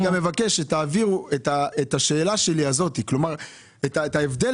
מבקש שתעבירו את השאלה שלי לגבי ההבדל